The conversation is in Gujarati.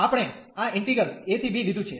તેથી આપણેદ આ ઈન્ટિગ્રલ a ¿b લીધું છે